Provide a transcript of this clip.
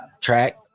track